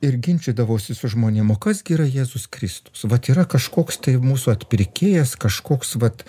ir ginčydavausi su žmonėm o kas gi yra jėzus kristus vat yra kažkoks tai mūsų atpirkėjas kažkoks vat